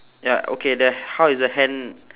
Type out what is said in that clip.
ya okay the how is the hand